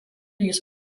jis